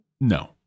No